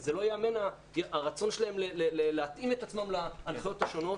זה לא ייאמן הרצון שלהם להתאים את עצמם להנחיות השונות.